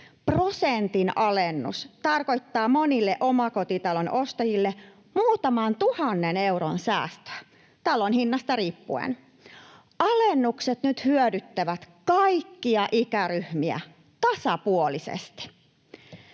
Prosentin alennus tarkoittaa monille omakotitalon ostajille muutaman tuhannen euron säästöä talon hinnasta riippuen. Alennukset hyödyttävät nyt kaikkia ikäryhmiä tasapuolisesti.